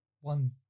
one